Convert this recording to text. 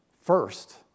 first